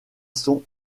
son